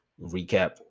Recap